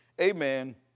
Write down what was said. amen